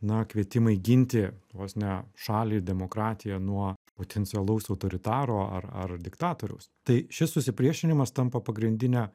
na kvietimai ginti vos ne šalį demokratiją nuo potencialaus autoritaro ar ar diktatoriaus tai šis susipriešinimas tampa pagrindine